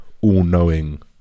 all-knowing